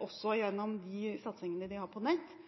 Også gjennom de satsingene de har på nett